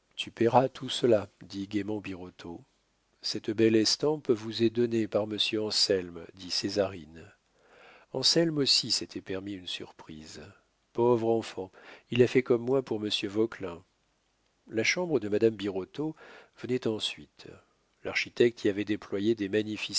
tout cela dit gaiement birotteau cette belle estampe vous est donnée par monsieur anselme dit césarine anselme aussi s'était permis une surprise pauvre enfant il a fait comme moi pour monsieur vauquelin la chambre de madame birotteau venait ensuite l'architecte y avait déployé des